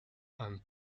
and